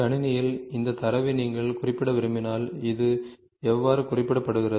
கணினியில் இந்தத் தரவை நீங்கள் குறிப்பிட விரும்பினால் இது எவ்வாறு குறிப்பிடப்படுகிறது